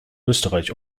österreich